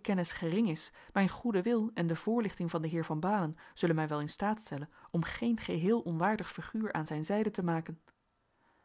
kennis gering is mijn goede wil en de voorlichting van den heer van baalen zullen mij wel in staat stellen om geen geheel onwaardig figuur aan zijn zijde te maken